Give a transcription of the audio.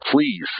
Please